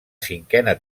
cinquena